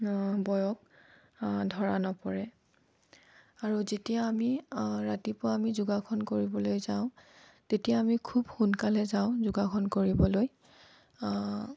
বয়স ধৰা নপৰে আৰু যেতিয়া আমি ৰাতিপুৱা আমি যোগাসন কৰিবলৈ যাওঁ তেতিয়া আমি খুব সোনকালে যাওঁ যোগাসন কৰিবলৈ